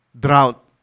drought